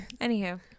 Anywho